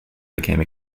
became